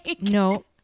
No